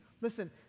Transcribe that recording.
Listen